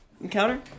Encounter